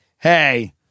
Hey